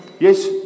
Yes